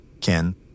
Ken